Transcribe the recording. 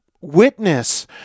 witness